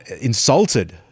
insulted